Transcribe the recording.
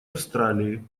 австралии